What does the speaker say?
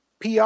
PR